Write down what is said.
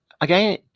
Again